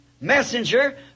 messenger